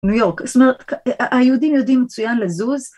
ניו יורק, זאת אומרת היהודים יודעים מצויין לזוז